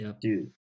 Dude